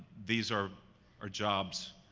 these are are jobs,